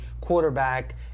quarterback